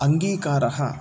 अङ्गीकारः